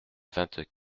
vingt